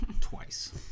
twice